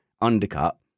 undercut